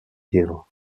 hill